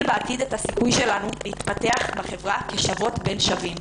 בעתיד את הסיכוי שלנו להתפתח בחברה כשוות בין שווים.